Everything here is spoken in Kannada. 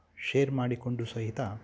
ಶೇರ್ ಮಾಡಿಕೊಂಡು ಸಹಿತ